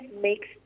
makes